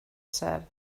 said